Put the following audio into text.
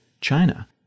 China